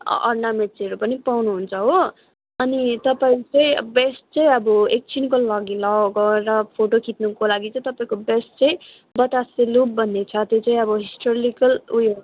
a अर्नामेन्टसहरू पनि पाउनुहुन्छ हो अनि तपाईँ चाहिँ अब बेस्ट चाहिँ अब एकछिनको लागि लगाएर फोटो खिच्नुको लागि चाहिँ तपाईँको बेस्ट चाहिँ बतासिया लुप भन्ने छ त्यो चाहिँ अब हिस्टोरिकल उयो